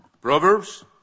Proverbs